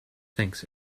thanks